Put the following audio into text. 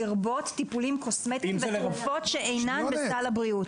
לרבות טיפולים קוסמטיים ותרופות שאינן בסל הבריאות".